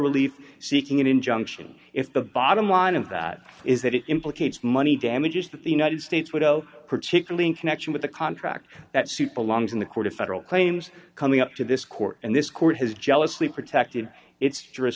relief seeking an injunction if the bottom line of that is that it's implicates money damages that the united states widow particularly in connection with the contracts that suit belongs in the court of federal claims coming up to this court and this court has jealously protected its